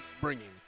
bringing